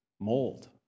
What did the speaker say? mold